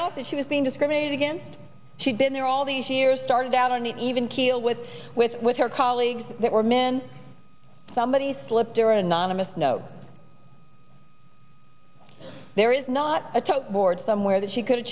out that she was being discriminated against she'd been there all these years started out on an even keel with with with her colleagues that were men somebody slipped her anonymous note there is not a toe board somewhere that she could have